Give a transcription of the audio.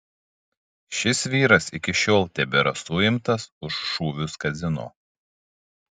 šis vyras iki šiol tebėra suimtas už šūvius kazino